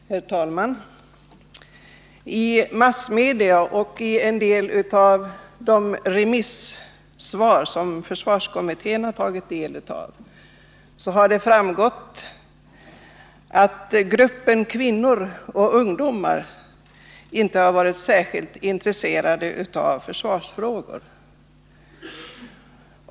Herr talman! I massmedia och i en del av de remissvar som försvarskommittén har tagit del av har det framkommit att grupperna kvinnor och ungdomar inte har varit särskilt intresserade av försvarsfrågor.